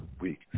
week